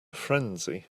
frenzy